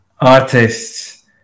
artists